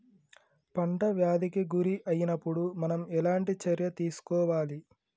పంట వ్యాధి కి గురి అయినపుడు మనం ఎలాంటి చర్య తీసుకోవాలి?